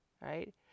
right